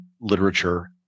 literature